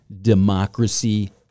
democracy